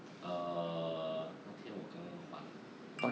err 那天我刚刚换